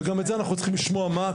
וגם את זה אנחנו צריכים לשמוע מה,